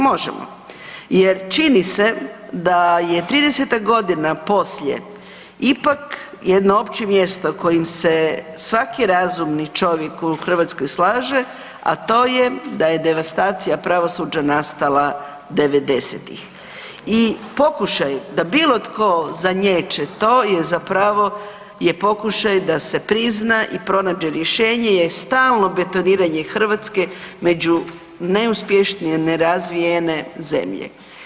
Možemo jer čini se da je 30-ta godina poslije ipak jedno opće mjesto kojim se svaki razumi čovjek u Hrvatskoj slaže, a to je da je devastacija pravosuđa nastala '90.-tih i pokušaj da bilo tko zaniječe to je zapravo pokušaj da se prizna i pronađe rješenje je stalno betoniranje Hrvatske među neuspješnije nerazvijene zemlje.